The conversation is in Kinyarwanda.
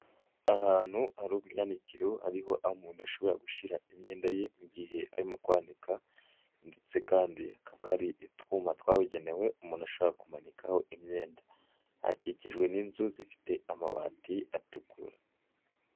Ahantu hari ubwanikiro hariho umuntu ashobora gushyira imyenda ye mu gihe arimo kwanika, ndetse kandi hakaba hari utwuma twabugenewe umuntu ashobora kumanikaho imyenda, hakikijwe n'inzu zifite amabati atukura.